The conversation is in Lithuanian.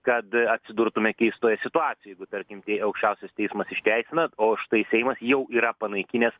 kad atsidurtume keistoje situacijoje jeigu tarkim tei aukščiausias teismas išteisina o štai seimas jau yra panaikinęs